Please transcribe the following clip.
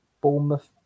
Bournemouth